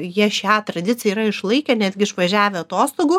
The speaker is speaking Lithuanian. jie šią tradiciją yra išlaikę netgi išvažiavę atostogų